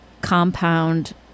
Compound